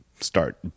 start